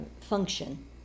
function